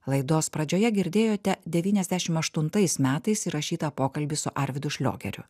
laidos pradžioje girdėjote devyniasdešim aštuntais metais įrašytą pokalbį su arvydu šliogeriu